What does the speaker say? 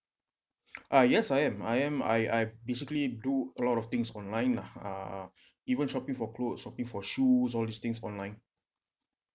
uh yes I am I am I I basically do a lot of things online lah uh even shopping for clothes shopping for shoes all these things online